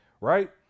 Right